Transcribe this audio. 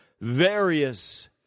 various